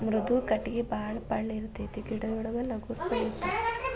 ಮೃದು ಕಟಗಿ ಬಾಳ ಪಳ್ಳ ಇರತತಿ ಗಿಡಗೊಳು ಲಗುನ ಬೆಳಿತಾವ